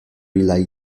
library